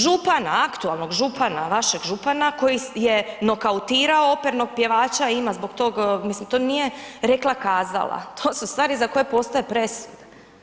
Župana, aktualnog župana, vašeg župana koji je nokautirao opernog pjevača i ima zbog tog, mislim to nije rekla-kazala, to su stvari za koje postoje presude.